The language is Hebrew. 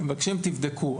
הם מבקשים תבדקו.